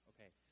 Okay